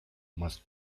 must